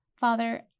Father